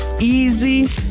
easy